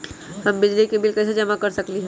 हम बिजली के बिल कईसे जमा कर सकली ह?